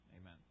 Amen